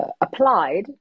applied